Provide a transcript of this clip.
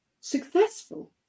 successful